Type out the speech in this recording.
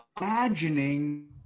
imagining